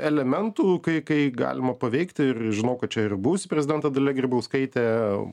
elementų kai kai galima paveikti ir žinau kad čia ir buvusi prezidentė dalia grybauskaitė